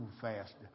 faster